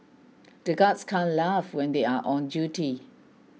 the guards can't laugh when they are on duty